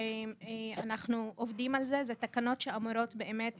שאנחנו עובדים על זה, זה תקנות שאמורות באמת